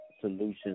solutions